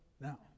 now